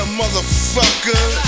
motherfucker